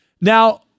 Now